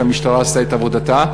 המשטרה עשתה את עבודתה,